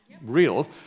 real